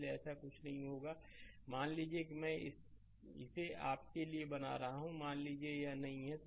इसलिए ऐसा कुछ नहीं होगा मान लीजिए कि मैं इसे आपके लिए बना रहा हूं मान लीजिए यह नहीं है